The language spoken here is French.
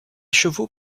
chevaux